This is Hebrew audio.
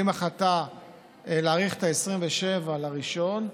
החלטה להאריך מ-27 ל-1,